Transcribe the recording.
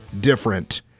different